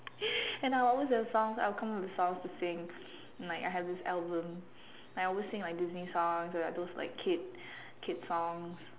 and I will always have songs I will come up with songs to sing like I have this album like I always sing like Disney songs or like those like kid kid songs